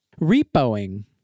repoing